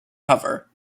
hover